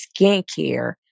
skincare